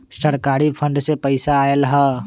सरकारी फंड से पईसा आयल ह?